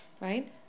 Right